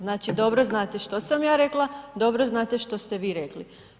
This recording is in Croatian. Znači dobro znate što sam ja rekla, dobro znate što ste vi rekli.